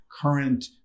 current